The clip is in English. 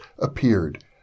appeared